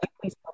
please